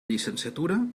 llicenciatura